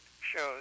Shows